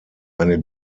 eine